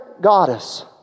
goddess